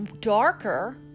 darker